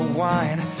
wine